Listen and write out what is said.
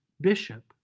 bishop